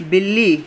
بِلّی